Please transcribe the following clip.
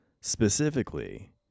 Specifically